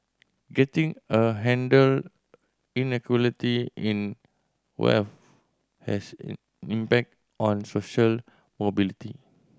getting a handle inequality in wealth has an impact on social mobility